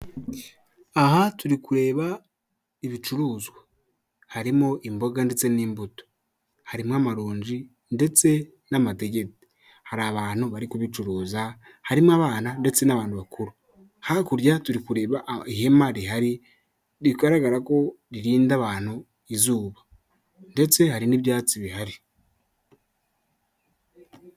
Aha turi kureba ibicuruzwa harimo imboga ndetse n'imbuto harimo amaronji ndetse n'amadegede hari abantu bari kubicuruza harimo abana ndetse n'abantu bakuru hakurya turi kureba ihema rihari rigaragara ko ririnda abantu izuba ndetse hari n'ibyatsi bihari.